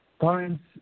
parents